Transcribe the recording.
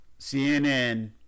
CNN